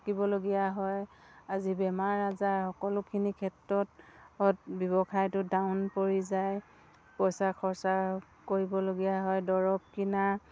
থাকিবলগীয়া হয় আজি বেমাৰ আজাৰ সকলোখিনি ক্ষেত্ৰত ব্যৱসায়টো ডাউন পৰি যায় পইচা খৰচা কৰিবলগীয়া হয় দৰৱ কিনা